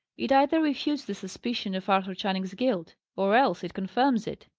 it either refutes the suspicion of arthur channing's guilt, or else it confirms it.